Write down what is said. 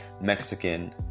Mexican